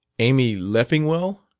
amy leffingwell?